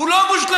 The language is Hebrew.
הוא לא מושלם.